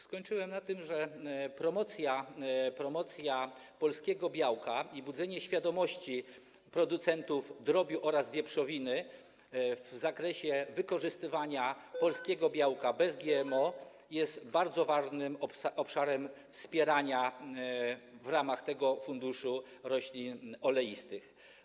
Skończyłem na tym, że promocja polskiego białka i budzenie świadomości producentów drobiu oraz wieprzowiny w zakresie wykorzystywania polskiego białka bez GMO jest bardzo ważnym obszarem wspierania w ramach tego funduszu promocji roślin oleistych.